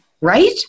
right